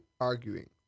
arguing